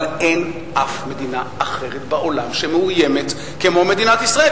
אבל אין מדינה אחרת בעולם שמאוימת כמו מדינת ישראל,